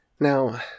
Now